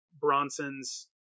Bronson's